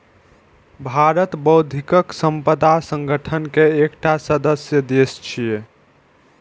भारत बौद्धिक संपदा संगठन के एकटा सदस्य देश छियै